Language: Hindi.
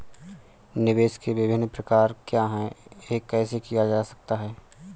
निवेश के विभिन्न प्रकार क्या हैं यह कैसे किया जा सकता है?